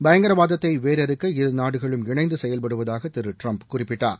பயங்கரவாதத்தை வேரறுக்க இருநாடுகளும் இணைந்து செயல்படுவதாக திரு டிரம்ப் குறிப்பிட்டார்